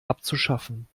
abzuschaffen